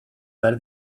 behar